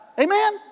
Amen